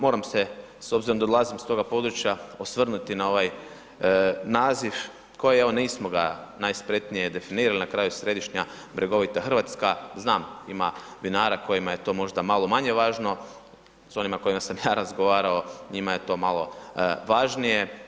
Moram se, s obzirom da dolazim s toga područja osvrnuti na ovaj naziv, koji evo ga nismo ga najspretnije definirali na kraju središnja bregovita Hrvatska, znam ima vinara kojima je to možda malo manje važno, s onima s kojima sam ja razgovarao njima je to malo važnije.